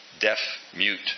deaf-mute